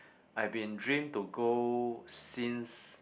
I've been dream to go since